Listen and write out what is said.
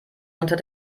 unter